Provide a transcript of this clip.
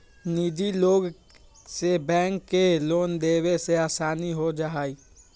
निजी लोग से बैंक के लोन देवे में आसानी हो जाहई